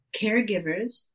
caregivers